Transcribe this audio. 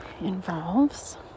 involves